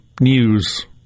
news